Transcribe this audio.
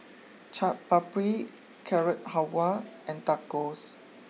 Chaat Papri Carrot Halwa and Tacos